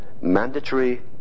mandatory